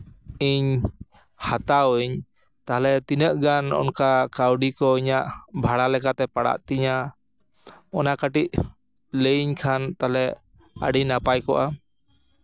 ᱤᱧ ᱦᱟᱛᱟᱣ ᱟᱹᱧ ᱛᱟᱦᱚᱞᱮ ᱛᱤᱱᱟᱹᱜ ᱜᱟᱱ ᱠᱟᱹᱣᱰᱤ ᱠᱚ ᱤᱧᱟᱹᱜ ᱵᱷᱟᱲᱟ ᱞᱮᱠᱟᱛᱮ ᱯᱟᱲᱟᱜ ᱛᱤᱧᱟ ᱚᱱᱟ ᱠᱟᱹᱴᱤᱡ ᱞᱟᱹᱭᱟᱹᱧ ᱠᱷᱟᱱ ᱛᱟᱦᱚᱞᱮ ᱟᱹᱰᱤ ᱱᱟᱯᱟᱭ ᱠᱚᱜᱼᱟ